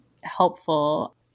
helpful